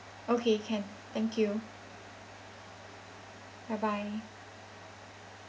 okay can thank you bye bye